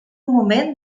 moment